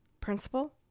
principal